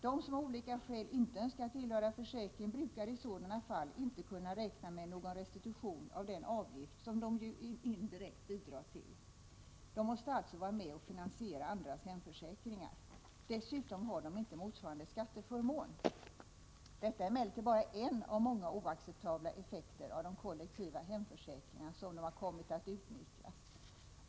De som av olika skäl inte önskar tillhöra försäkringen brukar i sådana fall inte kunna räkna med någon restitution av den avgift som de ju indirekt bidrar till. De måste alltså vara med och finansiera andras hemförsäkringar. Dessutom har de inte motsvarande skatteförmån. Detta är emellertid bara en av många oacceptabla effekter av de kollektiva hemförsäkringarna såsom de har kommit att utnyttjas.